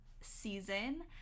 season